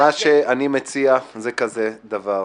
אני מציע כזה דבר,